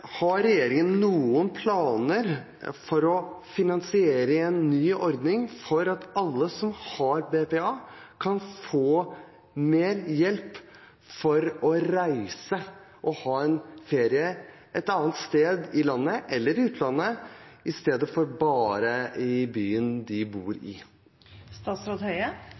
Har regjeringen noen planer om å finansiere en ny ordning for at alle som har BPA, kan få mer hjelp til å reise og ha en ferie et annet sted i landet eller i utlandet i stedet for bare i byen de bor